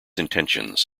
intentions